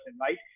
right